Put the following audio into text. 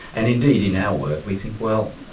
and indeed in our work, we think, well,